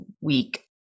week